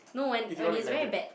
if you want to elaborate